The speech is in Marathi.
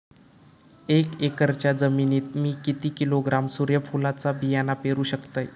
एक एकरच्या जमिनीत मी किती किलोग्रॅम सूर्यफुलचा बियाणा पेरु शकतय?